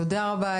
תודה רבה,